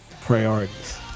priorities